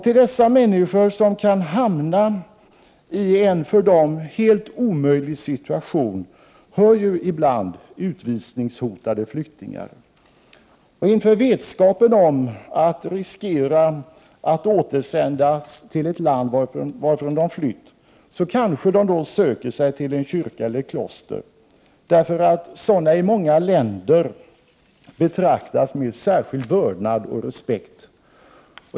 Till dessa människor, som kan hamna i en för dem helt omöjlig situation, hör ju ibland utvisningshotade flyktingar. Inför vetskapen om att de riskerar att återsändas till det land varifrån de flytt kanske de då söker sig till en kyrka eller ett kloster, eftersom sådana i många länder betraktas med särskild vördnad och respekt.